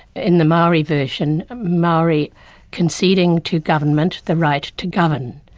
in the maori version, maori conceding to government the right to govern,